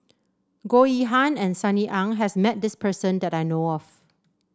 Goh Yihan and Sunny Ang has met this person that I know of